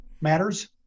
matters